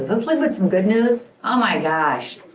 let's lead with some good news. oh, my gosh,